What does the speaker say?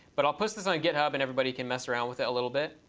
but i'll post this on and github and everybody can mess around with it a little bit.